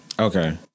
Okay